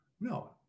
No